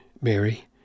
Mary